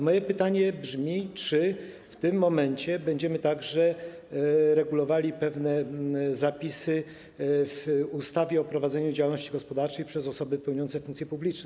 Moje pytanie brzmi: Czy w tym momencie będziemy także regulowali pewne zapisy w ustawie o prowadzeniu działalności gospodarczej przez osoby pełniące funkcje publiczne?